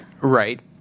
Right